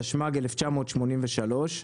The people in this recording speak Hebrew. התשמ"ג-1983,